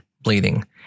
bleeding